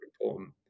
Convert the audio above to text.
important